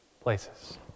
places